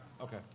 Okay